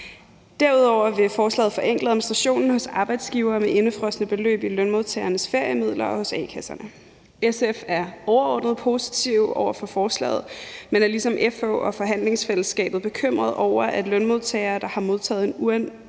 Derudover vil forslaget forenkle administrationen hos arbejdsgivere med indefrosne beløb i Lønmodtagernes Feriemidler og hos a-kasserne. SF er overordnet positive over for forslaget, men er ligesom FH og Forhandlingsfællesskabet bekymret over, at lønmodtagere, der har modtaget en uanmodet